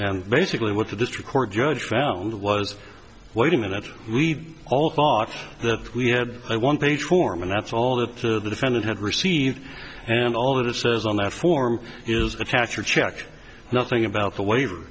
and basically what the district court judge found was wait a minute we all thought that we had a one page form and that's all that the defendant had received and all that it says on that form is attach your check nothing about the waiver